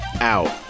out